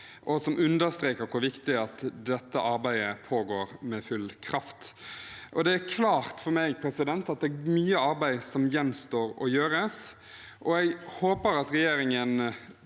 Det understreker hvor viktig det er at dette arbeidet pågår med full kraft. Det er klart for meg at det er mye arbeid som gjenstår å gjøres. Jeg håper at regjeringen